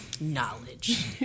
Knowledge